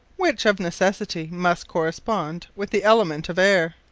which, of necessity, must correspond with the element of aire.